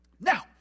Now